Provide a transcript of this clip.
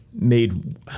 made